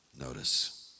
notice